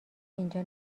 اینجا